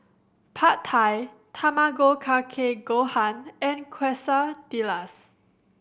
Pad Thai Tamago Kake Gohan and Quesadillas